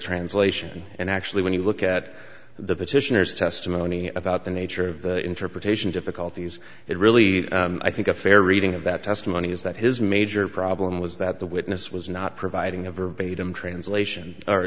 translation and actually when you look at the petitioners testimony about the nature of the interpretation difficulties it really i think a fair reading of that testimony is that his major problem was that the witness was not providing a verbatim translation